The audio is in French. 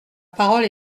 parole